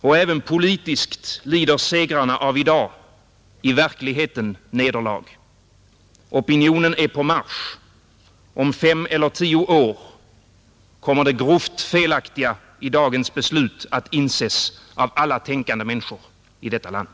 Och även politiskt lider segrarna av i dag i verkligheten nederlag. Opinionen är på marsch. Om fem eller tio år kommer det grovt felaktiga i dagens beslut att inses av alla tänkande människor i detta land.